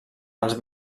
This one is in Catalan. els